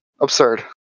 Absurd